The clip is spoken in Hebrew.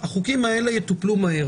החוקים האלה יטופלו מהר